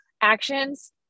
actions